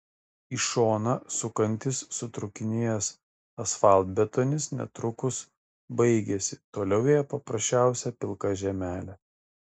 į šoną sukantis sutrūkinėjęs asfaltbetonis netrukus baigėsi toliau ėjo paprasčiausia pilka žemelė